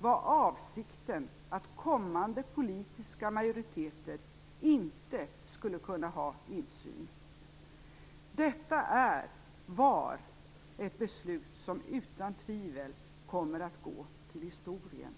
var avsikten att kommande politiska majoriteter inte skulle kunna ha insyn. Detta var ett beslut som utan tvivel kommer att gå till historien.